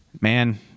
man